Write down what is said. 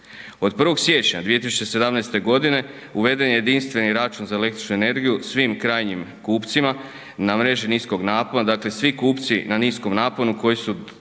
Od 1. siječnja 2017. godine uveden je jedinstveni račun za električnu energiju svim krajnjim kupcima na mreži niskog napona, dakle, svi kupci na niskom naponu, koji su